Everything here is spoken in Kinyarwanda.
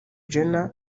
jenner